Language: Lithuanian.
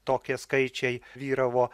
tokie skaičiai vyravo